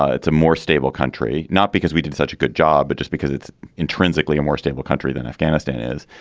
ah it's a more stable country, not because we did such a good job, but just because it's intrinsically a more stable country than afghanistan is.